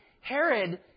Herod